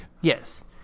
Yes